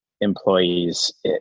employees